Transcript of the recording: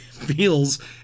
Feels